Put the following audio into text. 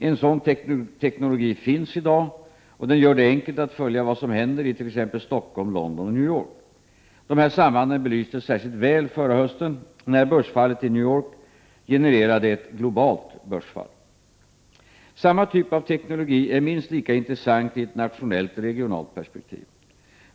En sådan teknologi finns i dag och den gör det enkelt att följa vad som händer i t.ex. Stockholm, London och New York. De här sambanden belystes särskilt väl förra hösten när börsfallet i New York genererade ett globalt börsfall. Samma typ av teknologi är minst lika intressant i ett nationellt regionalt perspektiv.